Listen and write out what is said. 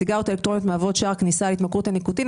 סיגריות אלקטרוניות מהוות שער כניסה להתמכרות לניקוטין.